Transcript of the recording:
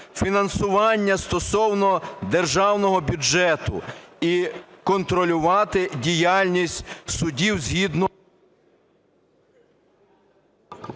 фінансування стосовно державного бюджету і контролювати діяльність судів згідно…